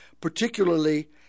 particularly